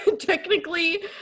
technically